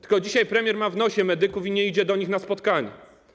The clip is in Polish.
Tylko dzisiaj premier ma w nosie medyków i nie idzie do nich na spotkanie.